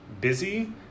busy